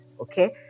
okay